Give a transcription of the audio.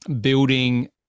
building